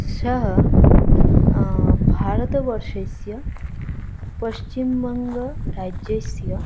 सः भारतवर्षस्य पश्चिम्वङ्गराज्यस्य